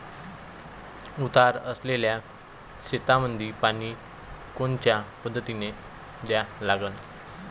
उतार असलेल्या शेतामंदी पानी कोनच्या पद्धतीने द्या लागन?